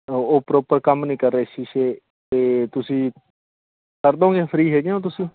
ਉਹ ਪ੍ਰੋਪਰ ਕੰਮ ਨਹੀਂ ਕਰ ਰਹੇ ਸ਼ੀਸ਼ੇ ਅਤੇ ਤੁਸੀਂ ਕਰ ਦੋਂਗੇ ਫ੍ਰੀ ਹੈਗੇ ਹੋ ਤੁਸੀਂ